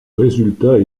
résultat